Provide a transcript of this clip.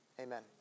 Amen